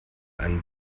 einen